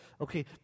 okay